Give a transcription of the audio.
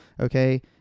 okay